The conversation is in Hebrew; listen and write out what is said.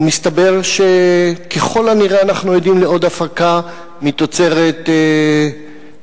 מסתבר שככל הנראה אנחנו עדים לעוד הפקה מתוצרת "פאליווד",